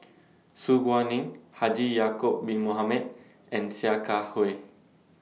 Su Guaning Haji Ya'Acob Bin Mohamed and Sia Kah Hui